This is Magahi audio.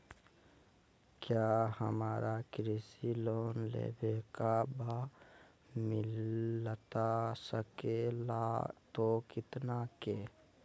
क्या हमारा कृषि लोन लेवे का बा मिलता सके ला तो कितना के?